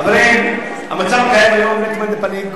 חברים, המצב הקיים היום הוא מעוות,